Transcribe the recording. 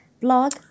blog